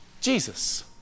Jesus